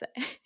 say